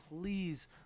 please